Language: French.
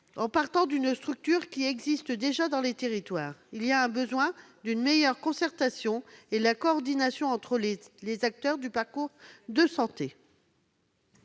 en partant d'une structure qui existe déjà dans les territoires. S'y exprime le besoin d'une meilleure concertation et d'une meilleure coordination entre les acteurs du parcours de santé.